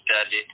studied